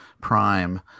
Prime